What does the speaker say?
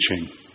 teaching